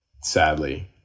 sadly